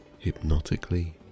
hypnotically